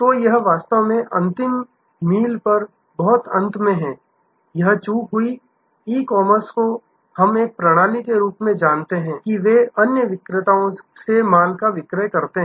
तो यह वास्तव में अंतिम मील पर बहुत अंत में है यह चूक हुई ई कॉमर्स को हम एक प्रणाली के रूप में जानते हैं कि वे अन्य विक्रेताओं से माल का क्रय करते हैं